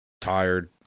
tired